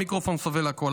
המיקרופון סובל הכול.